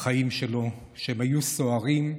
בחיים שלו, שהיו סוערים.